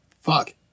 fuck